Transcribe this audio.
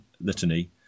litany